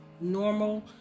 normal